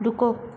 रुको